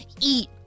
Eat